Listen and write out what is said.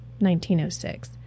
1906